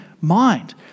mind